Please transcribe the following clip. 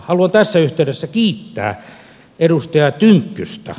haluan tässä yhteydessä kiittää edustaja tynkkystä